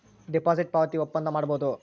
deposit ಪಾವತಿಸಿ ಒಪ್ಪಂದ ಮಾಡಬೋದು